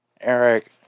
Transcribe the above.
Eric